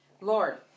lord